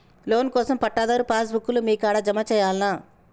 Loan కోసం పట్టాదారు passbook లు మీ కాడా జమ చేయల్నా?